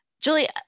Julie